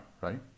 right